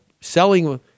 selling